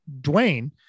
Dwayne